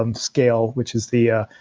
um scale, which is the ah